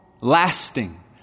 lasting